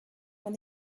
when